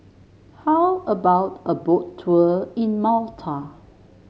how about a Boat Tour in Malta